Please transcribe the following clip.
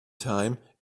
time